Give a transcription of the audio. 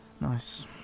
Nice